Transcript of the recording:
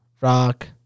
rock